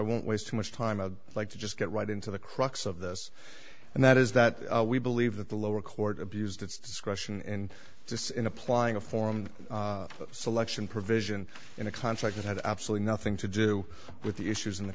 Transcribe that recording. won't waste too much time i'd like to just get right into the crux of this and that is that we believe that the lower court abused its discretion in this in applying a form of selection provision in a contract that had absolutely nothing to do with the issues in the